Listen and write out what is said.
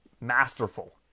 masterful